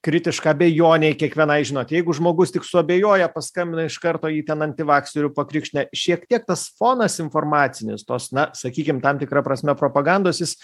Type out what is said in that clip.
kritiška abejonei kiekvienai žinot jeigu žmogus tik suabejoja paskambina iš karto jį ten antivakseriu pakrikštija šiek tiek tas fonas informacinis tos na sakykim tam tikra prasme propagandos jis